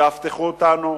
תאבטחו אותנו,